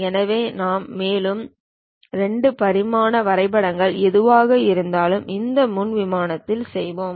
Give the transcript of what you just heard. எனவே நாம் செல்லும் 2 பரிமாண வரைபடங்கள் எதுவாக இருந்தாலும் இந்த முன் விமானத்தில் செய்வோம்